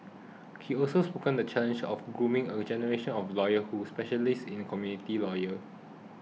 he also spoke the challenge of grooming a generation of lawyer who specialise in community lawer